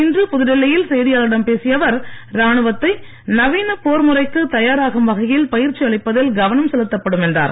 இன்று புதுடெல்லியில் செய்தியாளர்களிடம் பேசிய அவர் ராணுவத்தை நவீன போர்முறைக்கு தயாராகும் வகையில் பயிற்சி அளிப்பதில் கவனம் செலுத்தப்படும் என்றார்